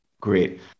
Great